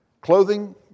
Clothing